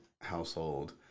household